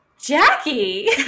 Jackie